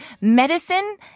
medicine